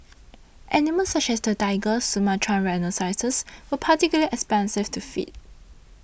animals such as the tiger and Sumatran rhinoceros were particularly expensive to feed